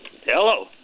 Hello